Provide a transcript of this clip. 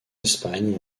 espagne